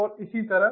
और इसी तरह